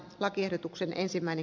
eduskunnan käyttöön